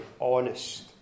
honest